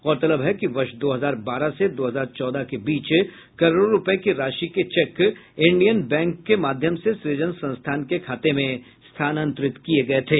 गौरतलब है कि वर्ष दो हजार बारह से दो हजार चौदह के बीच करोड़ों रुपये की राशि के चेक इंडियन बैंक के माध्यम से सुजन संस्थान के खाते में स्थानांतरित किये गये थे